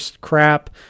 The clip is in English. crap